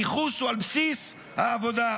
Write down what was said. הניכוס הוא על בסיס העבודה.